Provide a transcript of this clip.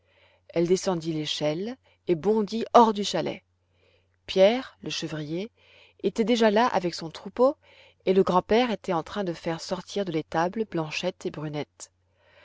elle descendit l'échelle et bondit hors du chalet pierre le chevrier était déjà là avec son troupeau et le grand-père était en train de faire sortir de l'étable blanchette et brunette